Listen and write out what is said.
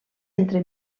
entre